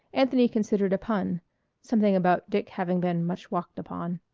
anthony considered a pun something about dick having been much walked upon.